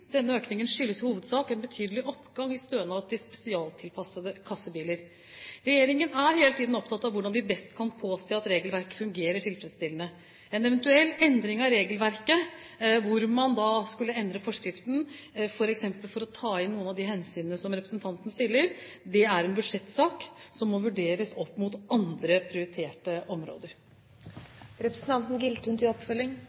Denne økningen skyldes i hovedsak en betydelig oppgang i stønad til spesialtilpassede kassebiler. Regjeringen er hele tiden opptatt av hvordan vi best kan påse at regelverket fungerer tilfredsstillende. En eventuell endring av regelverket, der man skulle endre forskriften for f.eks. å ta med noen av de hensynene som representanten nevner, er en budsjettsak, som må vurderes opp mot andre prioriterte